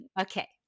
Okay